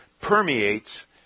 permeates